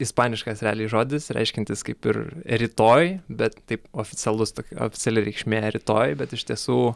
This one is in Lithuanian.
ispaniškas realiai žodis reiškiantis kaip ir rytoj bet taip oficialus tokia oficiali reikšmė rytoj bet iš tiesų